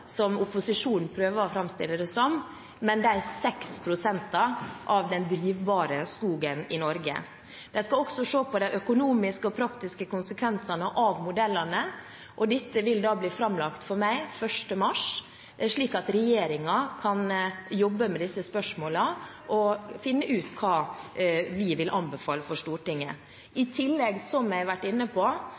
som opposisjonen prøver å framstille det som, men 6 pst. av den drivbare skogen i Norge. De skal også se på de økonomiske og praktiske konsekvensene av modellene, og dette vil bli framlagt for meg 1. mars, slik at regjeringen kan jobbe med disse spørsmålene og finne ut hva vi vil anbefale for Stortinget. I tillegg er det slik, som jeg har vært inne på,